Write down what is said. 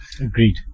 Agreed